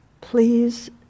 Please